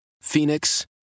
Phoenix